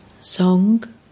Song